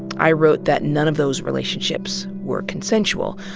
i wrote that none of those relationships were consensual,